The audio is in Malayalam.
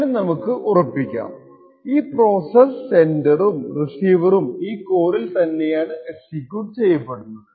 അങ്ങനെ നമുക്ക് ഉറപ്പിക്കാം ഈ പ്രോസസ്സ് സെൻഡറും റിസീവറും ഈ കോറിൽ തന്നെയാണ് എക്സിക്യൂട്ട് ചെയ്യപ്പെടുന്നത്